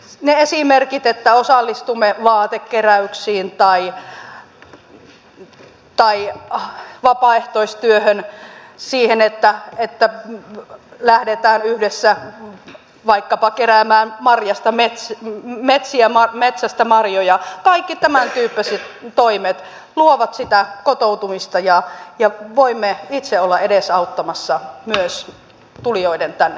ne esimerkit että osallistumme vaatekeräyksiin tai vapaaehtoistyöhön että lähdetään yhdessä vaikkapa keräämään metsästä marjoja kaikki tämäntyyppiset toimet luovat sitä kotoutumista ja voimme itse olla edesauttamassa myös tulijoiden tänne sopeutumista